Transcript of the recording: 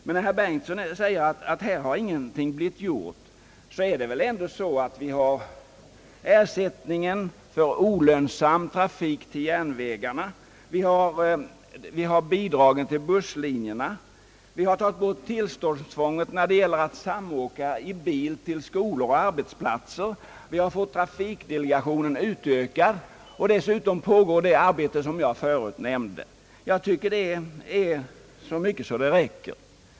Men när herr Bengtson säger att ingenting har blivit gjort vill jag peka på ersättningen för olönsam trafik till järnvägarna och bidragen till busslinjerna. Vi har tagit bort tillståndstvånget när det gäller att samåka i bil till skolor och arbetsplatser, vi har fått trafikdelegationen utökad och dessutom pågår det arbete som jag förut nämnde. Jag tycker att detta är så mycket att det räcker.